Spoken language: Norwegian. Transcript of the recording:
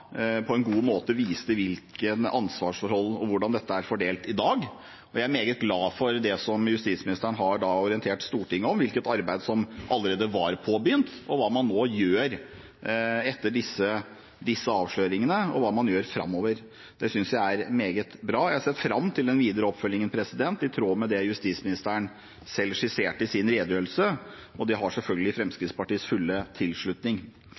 på en god måte viste hvordan ansvarsforholdet er fordelt i dag. Jeg er meget glad for det som justisministeren har orientert Stortinget om – hvilket arbeid som allerede var påbegynt, hva man gjør etter disse avsløringene, og hva man gjør framover. Det synes jeg er meget bra. Jeg ser fram til den videre oppfølgingen, i tråd med det justisministeren selv skisserte i sin redegjørelse. Det har selvfølgelig Fremskrittspartiets fulle tilslutning.